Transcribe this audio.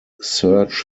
search